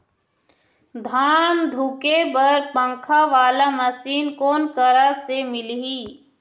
धान धुके बर पंखा वाला मशीन कोन करा से मिलही?